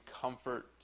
comfort